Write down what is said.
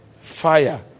fire